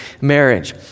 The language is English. marriage